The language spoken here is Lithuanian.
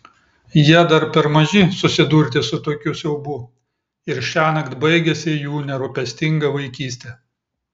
jie dar per maži susidurti su tokiu siaubu ir šiąnakt baigiasi jų nerūpestinga vaikystė